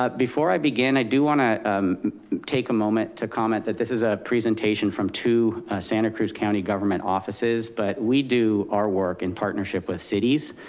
ah before i begin, i do wanna take a moment to comment that this is a presentation from two two santa cruz county government offices, but we do our work in partnership with cities,